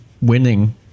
winning